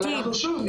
אבל אנחנו שוב,